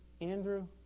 Andrew